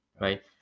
right